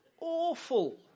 awful